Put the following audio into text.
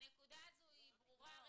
--- הנקודה הזו ברורה.